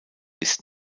ist